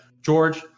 george